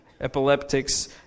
epileptics